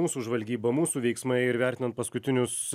mūsų žvalgyba mūsų veiksmai ir vertinant paskutinius